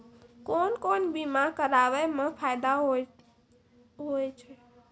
कोन कोन बीमा कराबै मे फायदा होय होय छै?